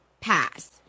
pass